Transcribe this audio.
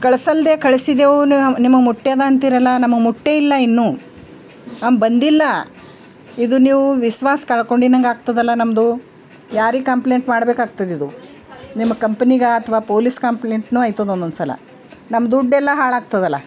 ಕಳಿಸಲ್ದೆ ಕಳಿಸಿದೆವು ನಿಮಗೆ ಮುಟ್ಯದೆ ಅಂತಿರಲ್ಲ ನಮಗೆ ಮುಟ್ಟೇ ಇಲ್ಲ ಇನ್ನು ನಮ್ಗೆ ಬಂದಿಲ್ಲ ಇದು ನೀವು ವಿಶ್ವಾಸ್ ಕಳಕೊಂಡಿನಂಗಾಗ್ತದಲ್ಲ ನಮ್ಮದು ಯಾರಿಗೆ ಕಂಪ್ಲೇಂಟ್ ಮಾಡಬೇಕಾಗ್ತದಿದು ನಿಮ್ಮ ಕಂಪನಿಗಾ ಅಥ್ವಾ ಪೋಲೀಸ್ ಕಂಪ್ಲೇಂಟ್ನು ಆಯ್ತದ ಒನ್ನೊಂದು ಸಲ ನಮ್ಮ ದುಡ್ಡೆಲ್ಲ ಹಾಳಾಗ್ತದಲ್ಲ